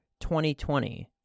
2020